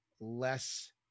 less